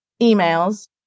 emails